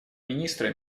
министра